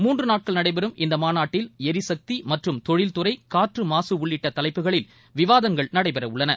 மூன்று நாட்கள் நடைபெறும் இந்த மாநாட்டில் எரிசக்தி மற்றும் தொழில்துறை காற்று மாசு உள்ளிட்ட தலைப்புகளில் விவாதங்கள் நடைபெறவுள்ளன